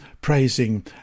praising